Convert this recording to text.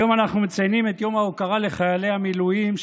היום אנחנו מציינים את יום ההוקרה לחיילי המילואים,